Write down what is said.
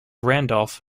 randolph